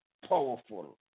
powerful